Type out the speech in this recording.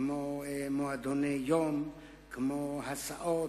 כמו מועדוני יום, כמו הסעות,